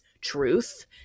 truth